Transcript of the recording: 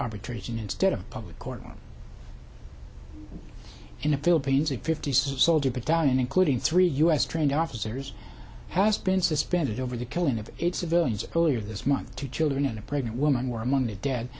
arbitration instead of public order in the philippines a fifty soldier battalion including three u s trained officers has been suspended over the killing of eight civilians earlier this month two children in a pregnant woman were among the dead